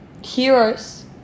Heroes